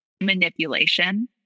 manipulation